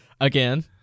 Again